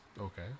Okay